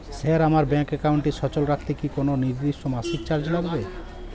Sir আমার bank একাউন্টটি সচল রাখতে কি কোনো নির্দিষ্ট মাসিক চার্জ লাগবে?